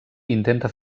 intenta